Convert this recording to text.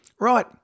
Right